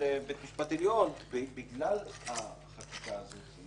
לבית המשפט העליון בגלל החקיקה הזאת.